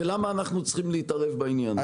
ולמה אנחנו צריכים להתערב בעניין הזה.